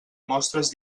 mostres